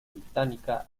británica